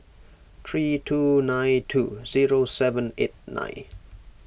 three two nine two zero seven eight nine